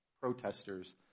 protesters